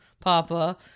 Papa